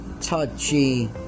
touchy